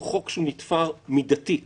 הוא חוק שנתפר מידתית